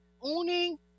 owning